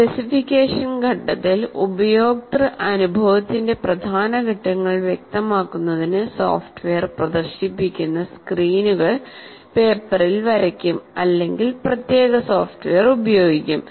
specification ഘട്ടത്തിൽ ഉപയോക്തൃ അനുഭവത്തിന്റെ പ്രധാന ഘട്ടങ്ങൾ വ്യക്തമാക്കുന്നതിന് സോഫ്റ്റ്വെയർ പ്രദർശിപ്പിക്കുന്ന സ്ക്രീനുകൾ പേപ്പറിൽ വരയ്ക്കും അല്ലെങ്കിൽ പ്രത്യേക സോഫ്റ്റ്വെയർ ഉപയോഗിക്കും